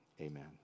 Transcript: amen